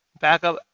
Backup